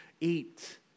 eat